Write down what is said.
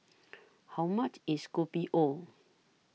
How much IS Kopi O